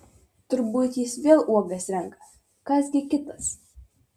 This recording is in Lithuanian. turbūt jis vėl uogas renka kas gi kitas